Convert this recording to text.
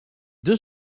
deux